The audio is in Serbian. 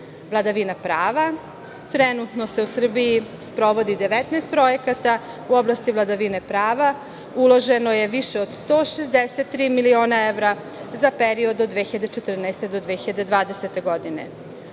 evra. Vladavina prava. Trenutno se u Srbiji sprovodi 19 projekata u oblasti vladavine prava. Uloženo je više od 163 miliona evra za period od 2014. do 2020. godine.